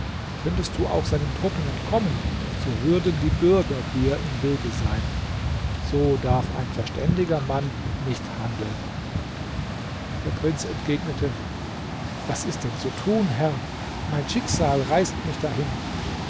könntest du auch seinen truppen entkommen so würden die bürger dir im wege sein so darf ein verständiger mann nicht handeln der prinz entgegnete was ist denn zu tun herr mein schicksal reißt mich dahin